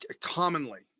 commonly